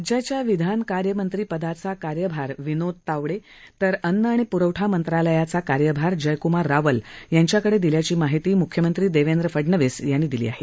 राज्याच्या विधान कार्यमंत्री पदाचा कार्यभार विनोद तावडे तर अन्न आणि प्रवठा मंत्रालयाचा कार्यभार जयकमार रावल यांच्याकडे दिल्याची माहिती मुख्यमंत्री देवेंद्र फडणवीस यांनी दिली आहे